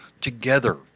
together